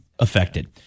affected